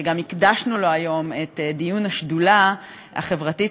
שגם הקדשנו לו היום את דיון השדולה החברתית-סביבתית,